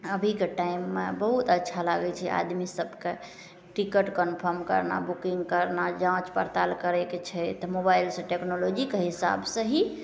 अभीके टाइममे बहुत अच्छा लागै छै आदमी सभकेँ टिकट कन्फर्म करना बुकिन्ग करना जाँच पड़ताल करैके छै तऽ मोबाइलसे टेक्नोलॉजीके हिसाबसे ही